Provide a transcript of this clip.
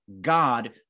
God